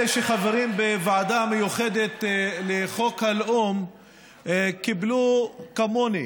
שאלה שחברים בוועדה המיוחדת לחוק הלאום קיבלו כמוני